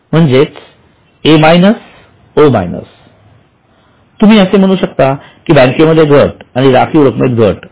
म्हणजे A आणि O तुम्ही असे म्हणू शकता कि बँकमध्ये घट आणि राखीव रक्कमेत घट